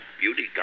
beauty